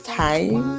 time